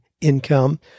income